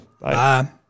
Bye